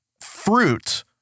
fruit